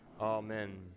Amen